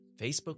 Facebook